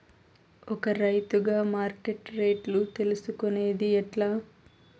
ఒక రైతుగా మార్కెట్ రేట్లు తెలుసుకొనేది ఎట్లా?